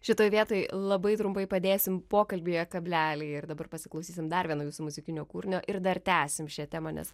šitoj vietoj labai trumpai padėsim pokalbyje kablelį ir dabar pasiklausysim dar vieno jūsų muzikinio kūrinio ir dar tęsim šią temą nes